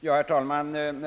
Herr talman!